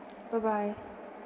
bye bye